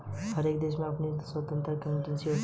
हर एक देश की अपनी स्वतन्त्र करेंसी हुआ करती है